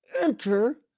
enter